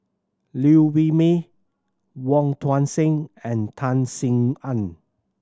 Liew Wee Mee Wong Tuang Seng and Tan Sin Aun